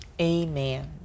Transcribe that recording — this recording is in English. Amen